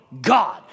God